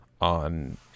on